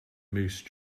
moose